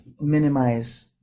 minimize